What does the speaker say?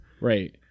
Right